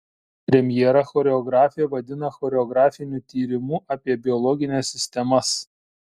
premjerą choreografė vadina choreografiniu tyrimu apie biologines sistemas